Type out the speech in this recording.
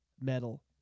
Metal